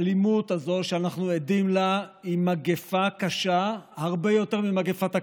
האלימות הזאת שאנחנו עדים לה היא מגפה קשה הרבה יותר ממגפת הקורונה.